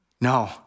No